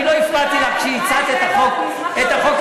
אני לא הפרעתי לך כשהצגת את החוק הזה,